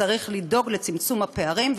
צריך לדאוג לצמצום הפערים.